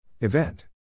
Event